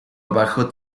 abajo